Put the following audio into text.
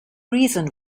reason